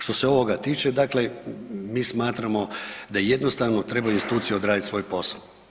Što se ovoga tiče, dakle mi smatramo da jednostavno trebaju institucije odraditi svoj posao.